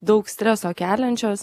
daug streso keliančios